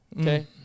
Okay